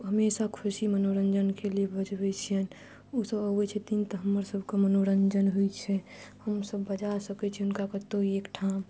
हमेशा खुशी मनोरञ्जनके लिए बजबै छियनि ओसभ अबै छथिन तऽ हमर सभके मनोरञ्जन होइ छै हमसभ बजा सकैत छी हुनका कतौ एकठाम